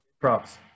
Props